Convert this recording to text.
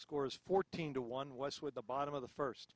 scores fourteen to one was with the bottom of the first